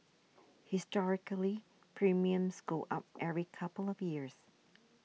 historically premiums go up every couple of years